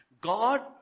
God